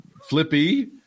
flippy